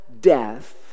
death